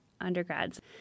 undergrads